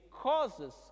causes